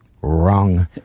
Wrong